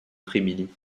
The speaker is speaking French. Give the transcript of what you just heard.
frémilly